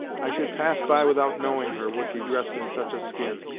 i should pass by without knowing her, were she dressed in such a skin.